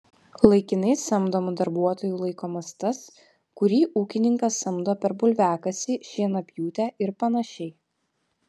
laikinai samdomu darbuotoju laikomas tas kurį ūkininkas samdo per bulviakasį šienapjūtę ir panašiai